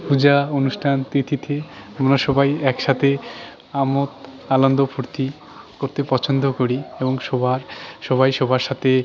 পূজা অনুষ্ঠান তিথিতে আমরা সবাই একসাথে আমোদ আনন্দ ফুর্তি করতে পছন্দ করি এবং সবার সবাই সবার সাথে